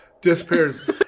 disappears